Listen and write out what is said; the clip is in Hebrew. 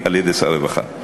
על-ידי, על-ידי שר הרווחה.